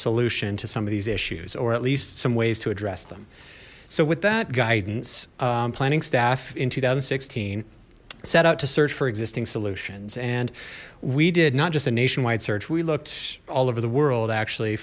solution to some of these issues or at least some ways to address them so with that guidance planning staff in two thousand and sixteen set out to search for existing solutions and we did not just a nationwide search we looked all over the world actually